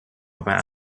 about